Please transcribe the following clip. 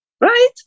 Right